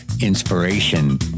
inspiration